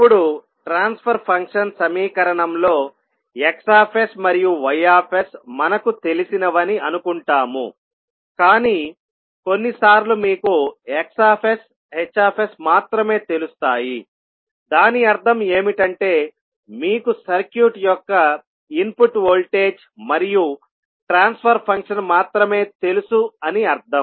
ఇప్పుడు transfer function సమీకరణంలో X మరియు Y మనకు తెలిసినవని అనుకుంటాము కానీ కొన్నిసార్లు మీకు X H మాత్రమే తెలుస్తాయి దాని అర్థం ఏమిటి అంటే మీకు సర్క్యూట్ యొక్క ఇన్పుట్ వోల్టేజ్ మరియు ట్రాన్స్ఫర్ ఫంక్షన్ మాత్రమే తెలుసు అని అర్థం